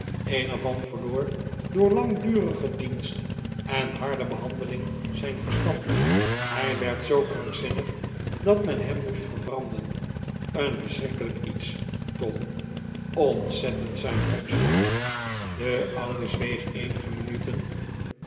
een er van verloor door langdurigen dienst en harde behan deling zijn verstand hij werd zoo krankzinnig dat men hem moest verbranden een verschrikkelijk iets tom ontzette nd zei tom smart de oude zweeg eenige minuten